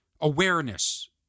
awareness